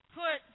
put